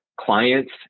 clients